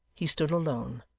he stood alone,